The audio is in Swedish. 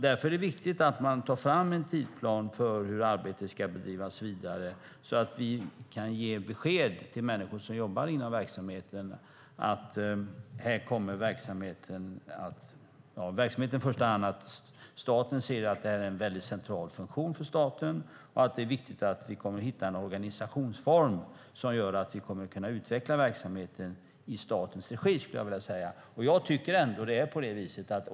Därför är det viktigt att ta fram en tidsplan för hur arbetet ska drivas vidare så att vi kan ge besked till människorna som jobbar i verksamheten - i första hand att den har en central funktion för staten. Det är viktigt att hitta en organisationsform som gör att vi kan utveckla verksamheten i statens regi, skulle jag vilja säga.